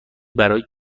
برای